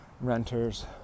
renters